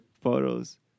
photos